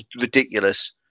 Ridiculous